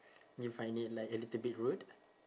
do you find it like a little bit rude